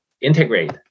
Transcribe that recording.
integrate